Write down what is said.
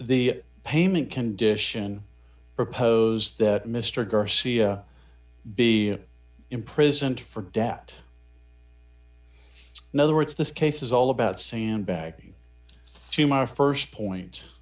the payment condition propose that mr garcia be imprisoned for debt in other words this case is all about sandbagging to my st point